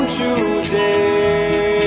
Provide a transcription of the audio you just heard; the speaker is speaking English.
today